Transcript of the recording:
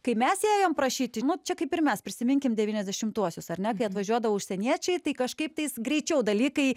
kai mes ėjom prašyti nu čia kaip ir mes prisiminkim devyniasdešimtuosius ar ne kai atvažiuodavo užsieniečiai tai kažkaip tais greičiau dalykai